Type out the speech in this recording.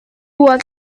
was